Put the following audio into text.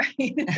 right